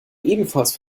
ebenfalls